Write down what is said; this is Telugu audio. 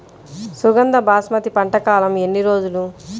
సుగంధ బాస్మతి పంట కాలం ఎన్ని రోజులు?